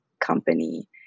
company